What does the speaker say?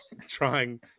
trying